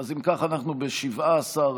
אם כך, אנחנו שוב בתשעה,